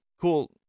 cool